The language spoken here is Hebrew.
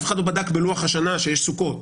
אף אחד לא בדק בלוח השנה שיש סוכות,